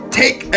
take